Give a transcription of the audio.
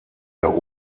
der